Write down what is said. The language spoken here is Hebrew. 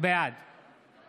בעד